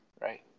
right